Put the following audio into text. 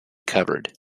covered